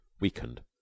weakened